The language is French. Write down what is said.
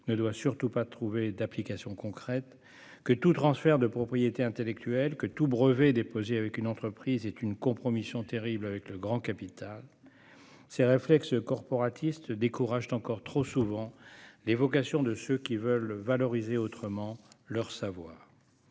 ne doit surtout pas trouver d'application concrète, que tout transfert de propriété intellectuelle ou tout brevet déposé avec une entreprise est une compromission terrible avec le Grand Capital. Ces réflexes corporatistes découragent encore trop souvent les vocations de ceux qui veulent valoriser autrement leurs savoirs.